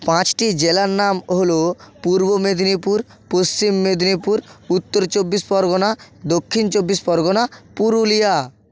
পাঁচটি জেলার নাম হলো পূর্ব মেদিনীপুর পশ্চিম মেদিনীপুর উত্তর চব্বিশ পরগনা দক্ষিণ চব্বিশ পরগনা পুরুলিয়া